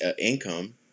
income